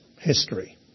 history